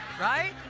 Right